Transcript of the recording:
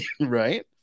Right